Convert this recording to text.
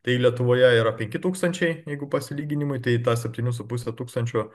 tai lietuvoje yra penki tūkstančiai jeigu pasilyginimui tai ta septynių su puse tūkstančio